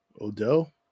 Odell